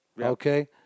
Okay